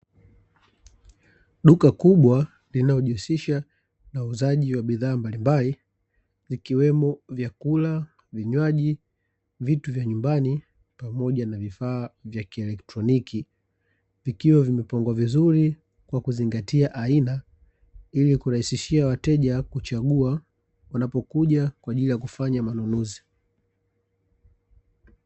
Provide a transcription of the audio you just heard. Duka kubwa linalojihusisha na uuzaji wa bidhaa mbalimbali, vikiwemo vyakula, vinywaji, vitu vya nyumbani pamoja na vifaa vya kielektroniki, vikiwa vimepangwa vizuri kwa kuzingatia aina ili kurahisishia wateja kuchagua wanapokuja kwa ajili ya kufanya manunuzi.